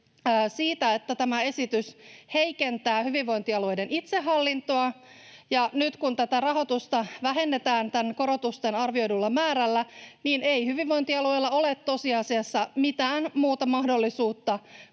että tämä esitys heikentää hyvinvointialueiden itsehallintoa. Nyt kun tätä rahoitusta vähennetään korotusten arvioidulla määrällä, niin ei hyvinvointialueilla ole tosiasiassa mitään muuta mahdollisuutta